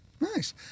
Nice